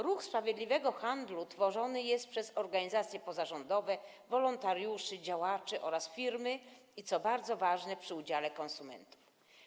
Ruch Sprawiedliwego Handlu tworzony jest przez organizacje pozarządowe, wolontariuszy, działaczy oraz firmy i, co bardzo ważne, przy udziale konsumentów.